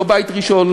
לא בית ראשון,